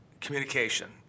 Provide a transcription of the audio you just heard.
communication